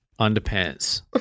underpants